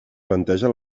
planteja